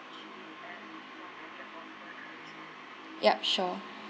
yup sure